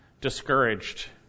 discouraged